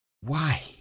Why